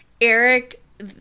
Eric